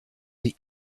the